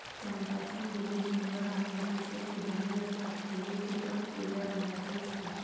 चंपाची फुले सुंदर आणि अतिशय सुगंधी असतात फुले फिकट पिवळ्या रंगाची असतात